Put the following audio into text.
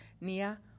Nia